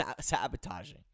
sabotaging